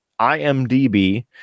IMDb